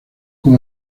con